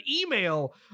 email